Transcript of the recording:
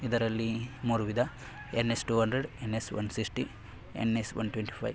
ಇದರಲ್ಲಿ ಮೂರು ವಿಧ N S two hundred N S one sixty N S one twenty five